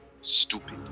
stupid